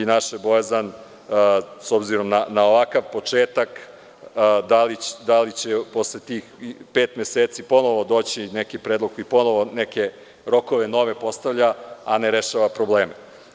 Naša je bojazan, s obzirom na ovakav početak, da li će posle tih pet meseci ponovo doći neki predlog i da li će ponovo neke nove rokove da postavlja, a da ne rešava probleme.